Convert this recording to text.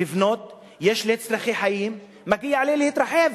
לבנות, יש לי צורכי חיים, מגיע לי להתרחב.